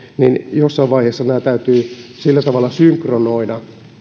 niin jossain vaiheessa nämä täytyy sillä tavalla synkronoida